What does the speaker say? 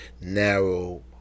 narrow